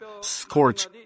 scorch